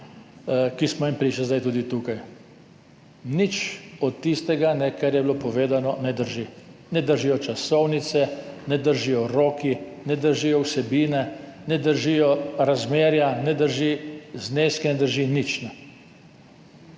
ki smo jim priča zdaj tudi tukaj. Nič od tistega, kar je bilo povedano, ne drži. Ne držijo časovnice, ne držijo roki, ne držijo vsebine, ne držijo razmerja, ne držijo zneski, ne drži nič.